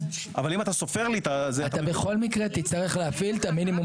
אבל אם אתה סופר לי --- אתה בכל מקרה תצטרך להפעיל את המינימום